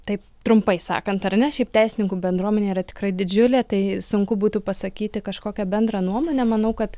taip trumpai sakant ar ne šiaip teisininkų bendruomenė yra tikrai didžiulė tai sunku būtų pasakyti kažkokią bendrą nuomonę manau kad